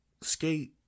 skate